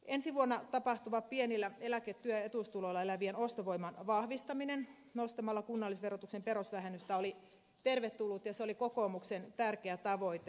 ensi vuonna tapahtuva pienillä eläke työ ja etuustuloilla elävien ostovoiman vahvistaminen nostamalla kunnallisverotuksen perusvähennystä oli tervetullut ja se oli kokoomuksen tärkeä tavoite